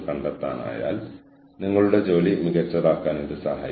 അതിനാൽ ബന്ധങ്ങളും നിലനിർത്തേണ്ടതുണ്ട് എന്നതാണ് മറ്റൊരു ലക്ഷ്യം